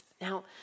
Now